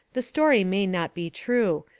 the story may not be true.